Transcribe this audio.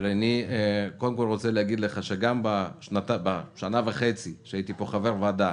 אבל אני קודם כל רוצה להגיד לך שגם בשנתיים וחצי שהייתי חבר וועדה,